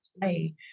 play